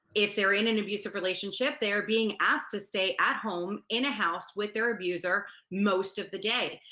if they're in an abusive relationship, they are being asked to stay at home in a house with their abuser most of the day,